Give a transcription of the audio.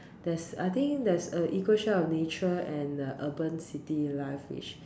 there's I think there's a equal share of nature and uh urban city life which